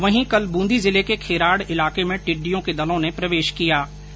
वहीं कल बूंदी जिले के खेराड इलाके में टिड्डियों के दलों ने प्रवेश किया था